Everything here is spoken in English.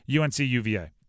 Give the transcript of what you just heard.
UNC-UVA